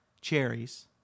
cherries